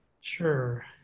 Sure